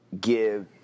give